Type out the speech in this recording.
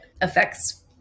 affects